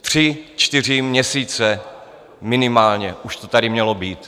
Tři, čtyři měsíce minimálně už to tady mělo být.